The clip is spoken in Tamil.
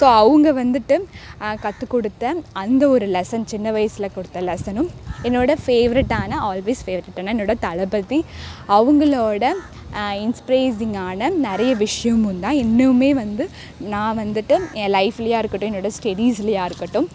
ஸோ அவங்க வந்துட்டு கத்துக்கொடுத்த அந்த ஒரு லெஸ்ஸன் சின்ன வயதுல கொடுத்த லெஸ்ஸன்னும் என்னோடய ஃபேவ்ரட்டான ஆல்வேஸ் ஃபேவ்ரட்டான என்னோடய தளபதி அவங்களோட இன்ஸ்ப்ரேஸிங்கான நிறைய விஷயமும் தான் இன்னுமே வந்து நான் வந்துட்டு ஏன் லைஃப்லயாக இருக்கட்டும் என்னோடய ஸ்டடிஸ்லியாக இருக்கட்டும்